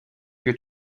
lieu